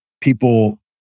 People